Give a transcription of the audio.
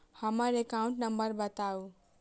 हम्मर account number बताऊ?